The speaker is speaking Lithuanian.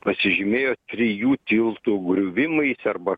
pasižymėjo trijų tiltų griuvimais arba